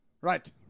Right